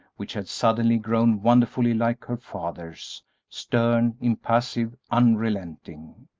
which had suddenly grown wonderfully like her father's stern, impassive, unrelenting.